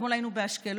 אתמול היינו באשקלון,